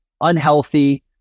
unhealthy